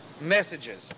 messages